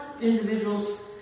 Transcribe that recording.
individuals